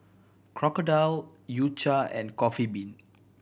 Crocodile U Cha and Coffee Bean